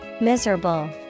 Miserable